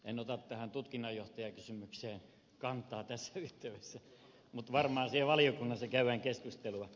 en ota tähän tutkinnanjohtajakysymykseen kantaa tässä yhteydessä mutta varmaan siitä valiokunnassa käydään keskustelua